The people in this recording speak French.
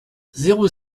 zéro